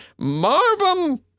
Marvum